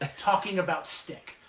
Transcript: ah talking about stick.